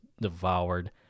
devoured